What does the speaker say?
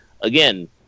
again